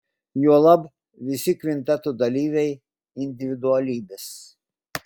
juolab visi kvinteto dalyviai individualybės